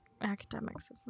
academics